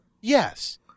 Yes